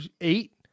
eight